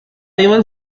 even